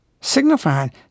signifying